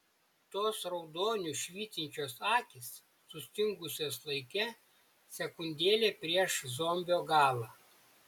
tos raudoniu švytinčios akys sustingusios laike sekundėlę prieš zombio galą